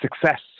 success